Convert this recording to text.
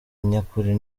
nyakuri